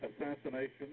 assassination